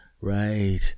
right